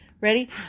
ready